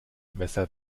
weshalb